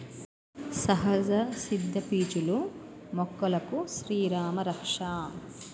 సహజ సిద్ద పీచులు మొక్కలకు శ్రీరామా రక్ష